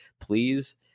please